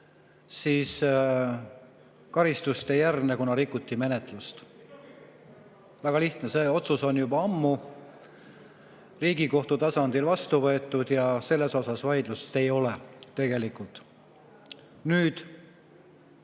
siis karistust ei järgne, kuna rikuti menetlus[norme]. Väga lihtne! See otsus on juba ammu Riigikohtu tasandil vastu võetud ja selle üle vaidlust ei ole. Nüüd